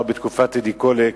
עוד בתקופת טדי קולק,